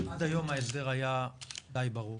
עד היום ההסדר היה די ברור.